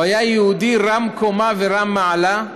הוא היה יהודי רם קומה ורם מעלה,